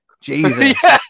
Jesus